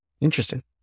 interesting